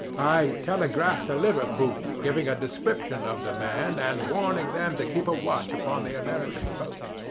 i telegraphed to liverpool, giving a description of the man, and warning them to keep a watch upon the american boats.